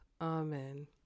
Amen